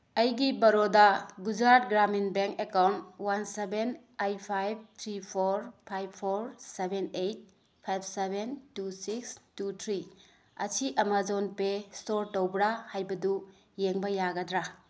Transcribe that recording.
ꯑꯩꯒꯤ Baroda Gujarat Gramin bank account one seven eight five three four five four seven eight five seven two six two three ꯑꯁꯤ Amazon pay store ꯇꯧꯕ꯭ꯔ ꯍꯥꯏꯕꯗꯨ ꯌꯦꯡꯕ ꯌꯥꯒꯗ꯭ꯔ